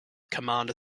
commander